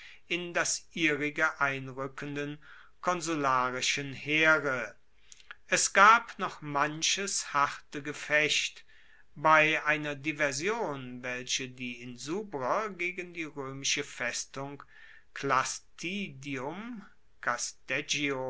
in das ihrige einrueckenden konsularischen heere es gab noch manches harte gefecht bei einer diversion welche die insubrer gegen die roemische festung